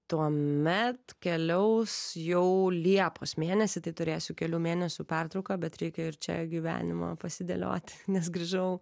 tuomet keliaus jau liepos mėnesį tai turėsiu kelių mėnesių pertrauką bet reikia ir čia gyvenimą pasidėliot nes grįžau